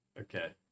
Okay